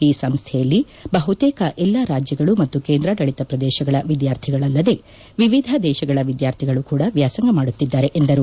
ಈ ಸಂಸ್ಥೆಯಲ್ಲಿ ಬಹುತೇಕ ಎಲ್ಲಾ ರಾಜ್ಯಗಳು ಮತ್ತು ಕೇಂದ್ರಾದಳಿತ ಪ್ರದೇಶಗಳ ವಿದ್ಯಾರ್ಥಿಗಳು ಅಲ್ಲದೆ ವಿವಿಧ ದೇಶಗಳ ವಿದ್ಯಾರ್ಥಿಗಳು ವ್ಯಾಸಂಗ ಮಾಡುತ್ತಿದ್ದಾರೆ ಎಂದರು